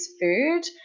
food